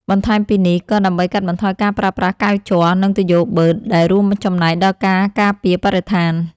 បន្ថែមពីនេះ ក៏ដើម្បីកាត់បន្ថយការប្រើប្រាស់កែវជ័រ និងទុយោបឺត ដែលរួមចំណែកដល់ការការពារបរិស្ថាន។